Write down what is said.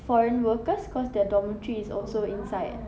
foreign workers cause their dormitory is also inside